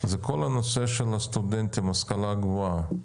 זה כל נושא הסטודנטים וההשכלה גבוהה.